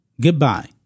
Goodbye